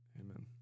amen